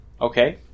Okay